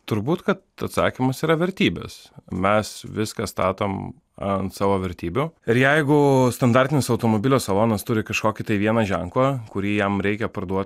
turbūt kad atsakymas yra vertybes mes viską statom ant savo vertybių ir jeigu standartinis automobilio salonas turi kažkokį tai vieną ženklą kurį jam reikia parduot